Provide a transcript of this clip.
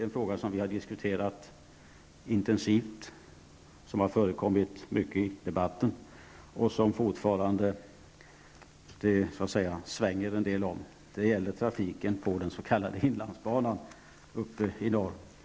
En fråga som vi har diskuterat intensivt, som har kommit upp i debatten och som det fortfarande svänger en del om gäller trafiken på den s.k. inlandsbanan i norr.